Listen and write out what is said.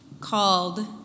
called